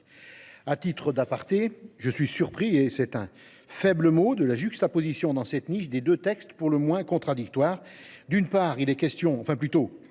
Au passage, je suis surpris – c’est un faible mot – de la juxtaposition dans cette niche de deux textes pour le moins contradictoires. D’une part, il est question – ou plutôt